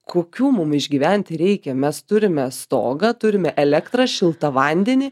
kokių mum išgyventi reikia mes turime stogą turime elektrą šiltą vandenį